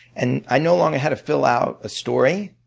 and i no longer had to fill out a story.